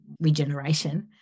regeneration